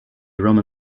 roman